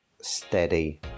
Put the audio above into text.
steady